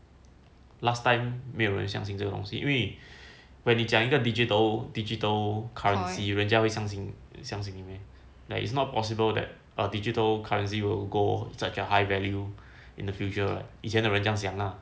last time 没有人相信这个东西因为 when 你讲一个 digital digital currency 人家会相信你 meh like it's not possible that a digital currency will go such a high value in the future 以前的人这样想拉